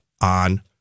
on